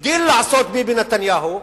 הגדיל לעשות ביבי נתניהו,